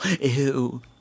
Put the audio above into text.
Ew